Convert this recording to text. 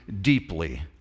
deeply